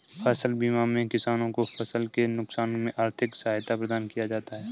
फसल बीमा में किसानों को फसल के नुकसान में आर्थिक सहायता प्रदान किया जाता है